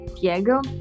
Diego